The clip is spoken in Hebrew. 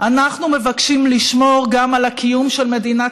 אנחנו מבקשים לשמור גם על הקיום של מדינת